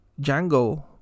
django